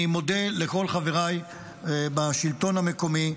אני מודה לכל חבריי בשלטון המקומי,